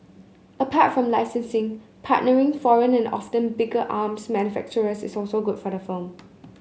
apart from licensing partnering foreign and often bigger arms manufacturers is also good for the firm